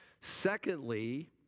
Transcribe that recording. Secondly